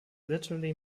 literally